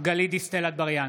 גלית דיסטל אטבריאן,